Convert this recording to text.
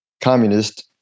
communist